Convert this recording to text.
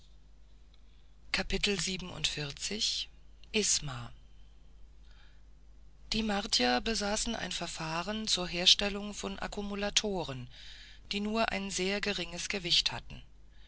die martier besaßen ein verfahren zur herstellung von akkumulatoren die nur ein sehr geringes gewicht hatten